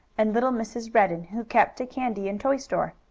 and little mrs. redden, who kept a candy and toy store.